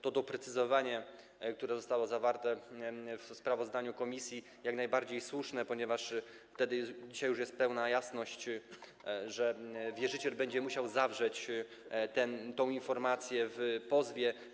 To doprecyzowanie, które zostało zawarte w sprawozdaniu komisji, jest jak najbardziej słuszne, ponieważ dzisiaj już jest pełna jasność, że wierzyciel będzie musiał zawrzeć tę informację w pozwie.